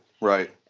right